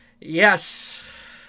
Yes